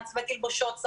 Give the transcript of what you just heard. מעצבי תלבושות,